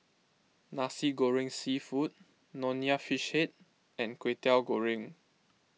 Nasi Goreng Seafood Nonya Fish Head and Kwetiau Goreng